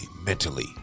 mentally